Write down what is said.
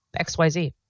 XYZ